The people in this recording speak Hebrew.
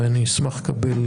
ואני אשמח לקבל